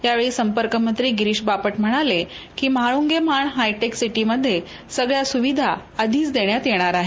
यावेळी संपर्कमंत्री गिरीष बापट म्हणाले महाळुंगे माण हायटेकसिटीमध्ये सगळ्या सुविधा आधिच देण्यात येणार आहे